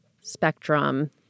spectrum